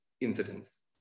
incidents